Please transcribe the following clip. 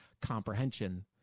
comprehension